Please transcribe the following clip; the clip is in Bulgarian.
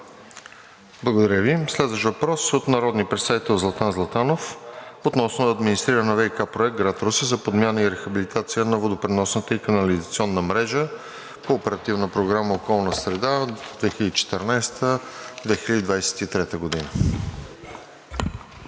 Благодаря Ви. Следващият въпрос е от народния представител Златан Златанов относно администриране на ВиК проект в град Русе за подмяна и рехабилитация на водопреносната и канализационната мрежа по Оперативна програма „Околна среда 2014 – 2023 г.“.